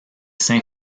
saint